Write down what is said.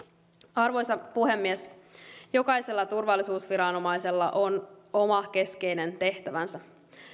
arvoisa puhemies jokaisella turvallisuusviranomaisella on oma keskeinen tehtävänsä